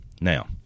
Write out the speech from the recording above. Now